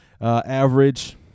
average